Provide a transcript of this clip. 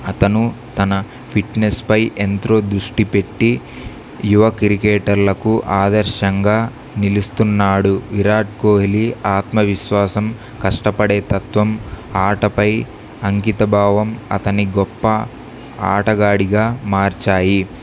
అతను తన ఫిట్నెస్పై ఎంత్ర దృష్టి పెట్టి యువ క్రికెటర్లకు ఆదర్శంగా నిలుస్తున్నాడు విరాట్ కోహ్లీ ఆత్మవిశ్వాసం కష్టపడే తత్వం ఆటపై అంకితభావం అతనిని గొప్ప ఆటగాడిగా మార్చాయి